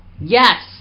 yes